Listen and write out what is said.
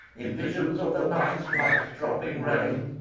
in visions of the night, like dropping rain,